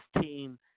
team